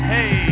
Hey